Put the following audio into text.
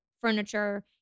furniture